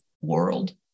world